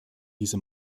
diese